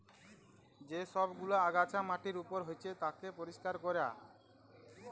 যে সব গুলা আগাছা মাটির উপর হচ্যে তাকে পরিষ্কার ক্যরা